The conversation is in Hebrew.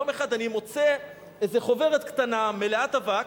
יום אחד אני מוצא איזה חוברת קטנה, מלאת אבק,